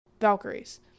Valkyries